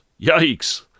Yikes